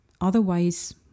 Otherwise